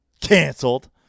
canceled